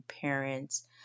parents